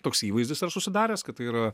toks įvaizdis yra susidaręs kad tai yra